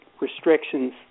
restrictions